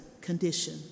condition